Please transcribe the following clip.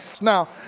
Now